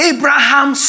Abraham